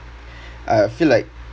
uh I feel like